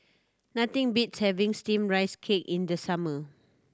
nothing beats having Steamed Rice Cake in the summer